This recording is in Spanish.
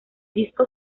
disco